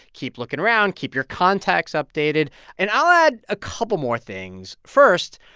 keep looking around. keep your contacts updated and i'll add a couple more things. first,